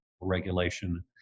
regulation